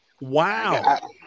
Wow